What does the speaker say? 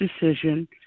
decision